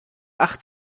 acht